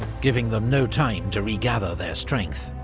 giving them no time to regather their strength.